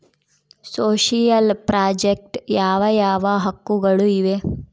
Social project ಯಾವ ಯಾವ ಹಕ್ಕುಗಳು ಇವೆ?